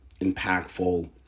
impactful